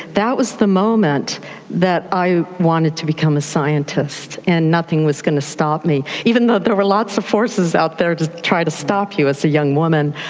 that was the moment that i wanted to become a scientist, and nothing was going to stop me, even though there were lots of forces out there trying to stop you as a young woman.